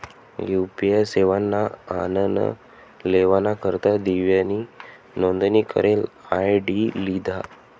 UPI सेवाना आनन लेवाना करता दिव्यानी नोंदनी करेल आय.डी लिधा